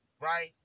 Right